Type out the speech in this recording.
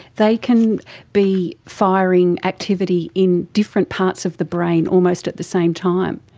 they can be firing activity in different parts of the brain almost at the same time.